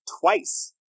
twice